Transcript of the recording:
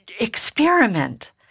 experiment